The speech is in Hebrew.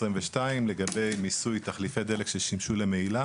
לגבי מיסוי תחליפי דלק ששימשו למהילה.